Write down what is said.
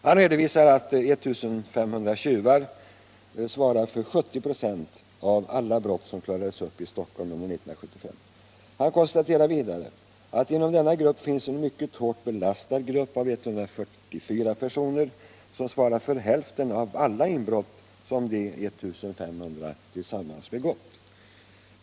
Han redovisar att I 500 tjuvar svarar för 70 26 av alla inbrott som klarades upp i Stockholm under 1975. Han konstaterar vidare att det inom denna grupp finns en mycket hårt belastad grupp av 144 personer som svarar för hälften av alla inbrott som de 1 500 tillsammans begått.